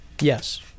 Yes